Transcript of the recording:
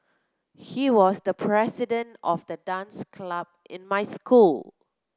he was the president of the dance club in my school